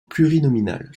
plurinominal